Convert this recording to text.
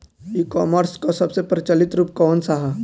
ई कॉमर्स क सबसे प्रचलित रूप कवन सा ह?